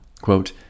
quote